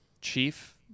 Chief